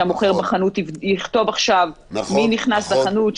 שהמוכר בחנות יכתוב עכשיו מי נכנס לחנות,